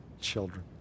children